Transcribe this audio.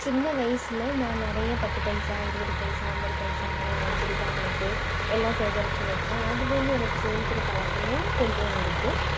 சின்ன வயசில் நான் நிறைய பத்து பைசா இருபது பைசா ஐம்பது பைசா பழைய அஞ்சு ரூபாய் நோட்டு எல்லாம் சேகரித்து வைச்சேன் அதுலேருந்து எனக்கு சேமிக்கிற பழக்கமும் கொஞ்சம் இருக்குது